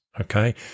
okay